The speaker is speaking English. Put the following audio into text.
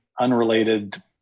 unrelated